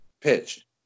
pitch